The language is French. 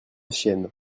chienne